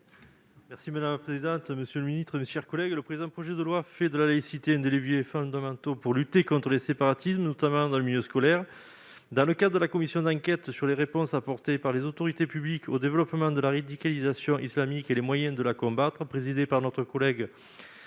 est ainsi libellé : La parole est à M. Jean-Yves Roux. Le présent projet de loi fait de la laïcité l'un des leviers fondamentaux de lutte contre les séparatismes, notamment en milieu scolaire. Dans le cadre des travaux de la commission d'enquête sur les réponses apportées par les autorités publiques au développement de la radicalisation islamiste et les moyens de la combattre, présidée par notre collègue